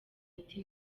ati